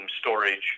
storage